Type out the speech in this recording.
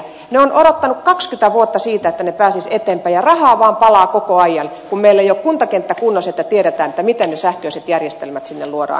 ne ovat odottaneet kaksikymmentä vuotta sitä että ne pääsisivät eteenpäin ja rahaa vaan palaa koko ajan kun meillä ei ole kuntakenttä kunnossa niin että tiedettäisiin miten ne sähköiset järjestelmät sinne luodaan